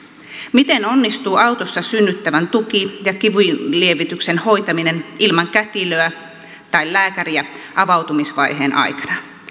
miten onnistuu autossa synnyttävän tuki ja kivunlievityksen hoitaminen ilman kätilöä tai lääkäriä avautumisvaiheen aikana